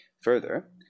further